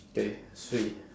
K swee